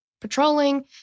patrolling